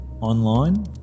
online